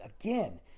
again